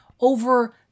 over